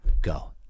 Go